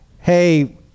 Hey